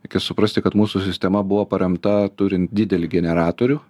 reikia suprasti kad mūsų sistema buvo paremta turint didelį generatorių